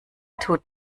tut